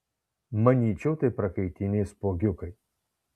manyčiau tai prakaitiniai spuogiukai